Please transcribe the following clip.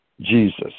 Jesus